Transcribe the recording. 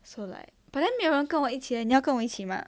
so like but then 没有人跟我一起来你要跟我一起吗